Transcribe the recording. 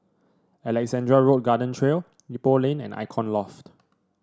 Alexandra Road Garden Trail Ipoh Lane and Icon Loft